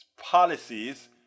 policies